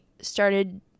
Started